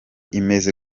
imeze